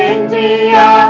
India